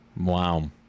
Wow